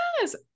yes